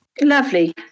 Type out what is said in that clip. Lovely